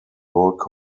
work